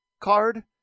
card